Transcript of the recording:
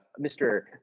Mr